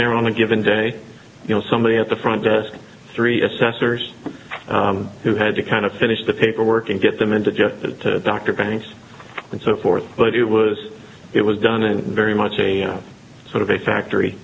there on a given day you know somebody at the front desk three assessors who had to kind of finish the paperwork and get them into just the dr banks and so forth but it was it was done in very much a sort of a factory